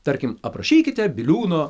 tarkim aprašykite biliūno